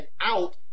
out